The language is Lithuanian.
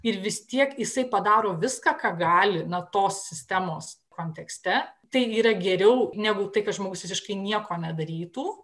ir vis tiek jisai padaro viską ką gali na tos sistemos kontekste tai yra geriau negu tai kad žmogus visiškai nieko nedarytų